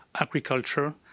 agriculture